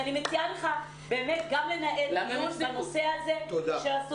אני מציעה לך באמת גם לנהל דיון בנושא הסטודנטים.